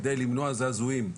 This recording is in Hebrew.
כדי למנוע זעזועים,